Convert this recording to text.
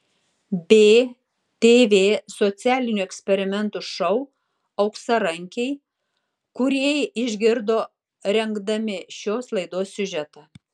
btv socialinių eksperimentų šou auksarankiai kūrėjai išgirdo rengdami šios laidos siužetą